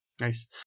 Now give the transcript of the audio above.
Nice